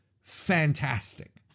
fantastic